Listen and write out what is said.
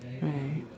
right